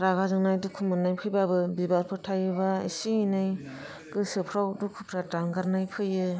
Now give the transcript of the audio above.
रागा जोंनाय दुखु मोन्नाय फैबाबो बिबारफोर थायोबा एसे एनै गोसोफ्राव दुखुफ्रा दानगारनाय फैयो